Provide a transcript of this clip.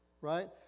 right